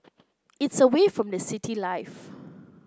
it's away from the city life